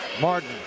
Martin